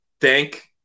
thank